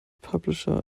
publisher